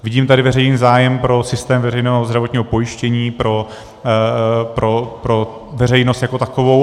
Vidím tady veřejný zájem pro systém veřejného zdravotního pojištění pro veřejnost jako takovou.